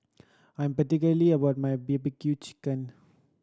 I am particular about my B B Q chicken